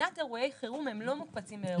מבחינת אירוע חירום הם לא מוקפצים לאירועי חירום.